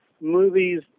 movies